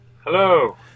Hello